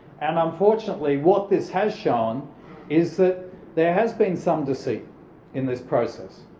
and unfortunately, what this has shown is that there has been some deceit in this process.